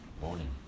Morning